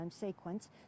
sequence